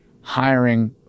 hiring